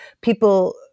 people